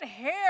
hair